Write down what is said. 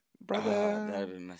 brother